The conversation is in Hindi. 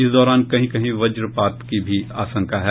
इस दौरान कहीं कहीं वज्रपात की भी आशंका है